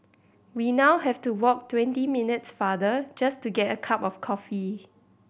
we now have to walk twenty minutes farther just to get a cup of coffee